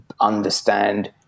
understand